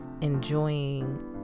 Enjoying